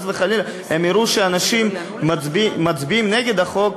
וחלילה הם יראו שאנשים מצביעים נגד החוק,